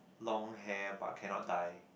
long hair but cannot dye